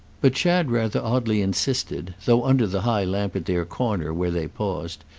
but chad rather oddly insisted, though under the high lamp at their corner, where they paused,